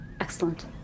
Excellent